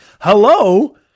Hello